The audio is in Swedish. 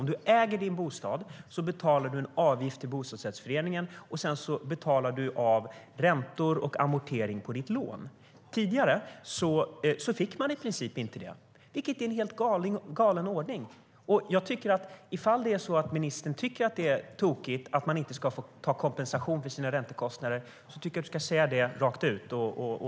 Äger du din bostad betalar du en avgift till bostadsrättsföreningen, och sedan betalar du räntor och amortering på ditt lån. Tidigare fick man i princip inte göra så, vilket var en helt galen ordning. Ifall ministern tycker att det är tokigt att man inte ska få kompensation för sina räntekostnader tycker jag att han ska säga det rakt ut.